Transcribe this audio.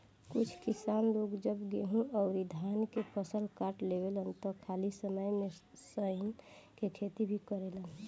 कुछ किसान लोग जब गेंहू अउरी धान के फसल काट लेवेलन त खाली समय में सनइ के खेती भी करेलेन